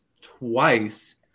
twice